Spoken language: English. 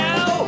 Now